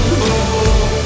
more